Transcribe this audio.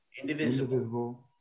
indivisible